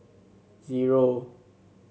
zero